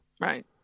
Right